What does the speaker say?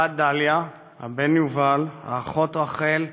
הבת דליה, הבן יובל, האחות רחל,